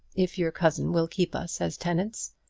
if your cousin will keep us as tenants.